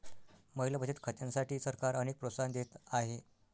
महिला बचत खात्यांसाठी सरकार अनेक प्रोत्साहन देत आहे